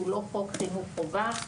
שהוא לא חוק חינוך חובה,